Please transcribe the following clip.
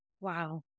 Wow